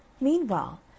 Meanwhile